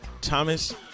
Thomas-